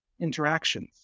interactions